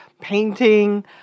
painting